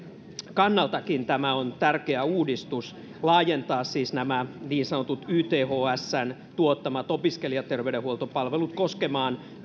kannalta tämä on tärkeä uudistus siis laajentaa nämä ythsn tuottamat opiskelijaterveydenhuoltopalvelut koskemaan